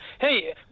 Hey